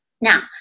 Now